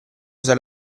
usa